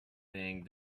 being